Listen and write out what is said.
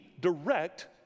direct